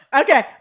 Okay